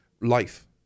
Life